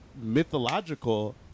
mythological